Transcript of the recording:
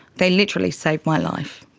they literally saved my life.